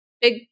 big